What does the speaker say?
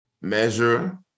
measure